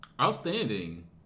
Outstanding